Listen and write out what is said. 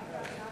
חוק הכנסת